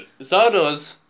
Zardoz